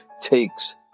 takes